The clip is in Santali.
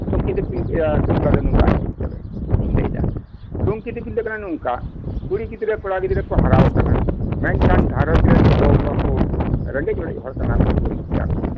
ᱴᱩᱝᱠᱤ ᱫᱤᱯᱤᱞ ᱤᱭᱟᱹ ᱵᱟᱯᱞᱟ ᱫᱚ ᱱᱚᱝᱠᱟ ᱟᱡᱚᱢ ᱢᱮ ᱛᱚᱵᱮ ᱤᱧ ᱞᱟᱹᱭ ᱮᱫᱟ ᱴᱩᱝᱠᱤ ᱫᱤᱯᱤᱞ ᱫᱚ ᱠᱟᱱᱟ ᱱᱚᱝᱠᱟ ᱠᱩᱲᱤ ᱜᱤᱫᱽᱨᱟᱹ ᱠᱚᱲᱟ ᱜᱤᱫᱽᱨᱟᱹ ᱠᱚ ᱦᱟᱨᱟ ᱟᱠᱟᱱᱟ ᱢᱮᱱᱠᱷᱟᱱ ᱜᱷᱟᱸᱨᱚᱡᱽ ᱨᱮᱱ ᱜᱳ ᱵᱟᱵᱟ ᱠᱚ ᱨᱮᱜᱮᱡᱽ ᱚᱨᱮᱡ ᱦᱚᱲ ᱠᱟᱱᱟ ᱠᱚ ᱜᱚᱨᱤᱵ ᱜᱮᱭᱟ ᱠᱚ